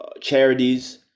charities